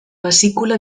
vesícula